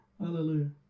Hallelujah